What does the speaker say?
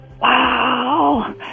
wow